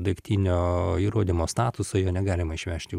daiktinio įrodymo statusą jo negalima išvežti